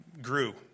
grew